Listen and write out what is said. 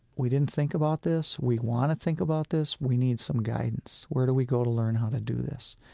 we didn't think about this, we want to think about this, we need some guidance. where do we go to learn how to do this?